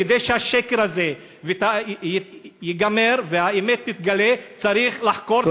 כדי שהשקר הזה ייגמר והאמת תתגלה צריך לחקור,